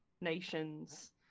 nations